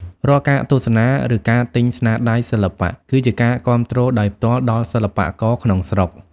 រាល់ការទស្សនា ឬការទិញស្នាដៃសិល្បៈ គឺជាការគាំទ្រដោយផ្ទាល់ដល់សិល្បករក្នុងស្រុក។